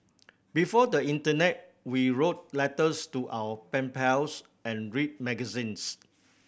before the internet we wrote letters to our pen pals and read magazines